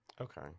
Okay